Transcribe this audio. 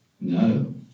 No